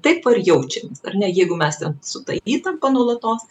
taip va ir jaučiamės ar ne jeigu mes su ta įtampa nuolatos